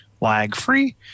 lag-free